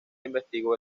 investigó